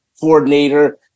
coordinator